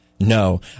No